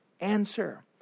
answer